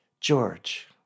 George